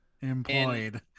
employed